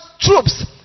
troops